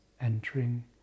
Entering